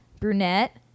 brunette